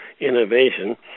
innovation